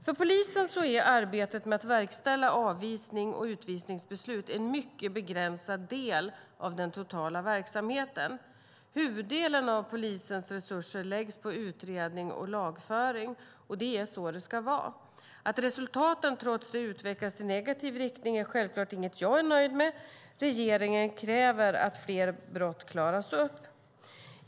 För polisen är arbetet med att verkställa avvisnings och utvisningsbeslut en mycket begränsad del av den totala verksamheten. Huvuddelen av polisens resurser läggs på utredning och lagföring, och det är så det ska vara. Att resultaten trots det utvecklas i negativ riktning är självklart inget jag är nöjd med. Regeringen kräver att fler brott klaras upp.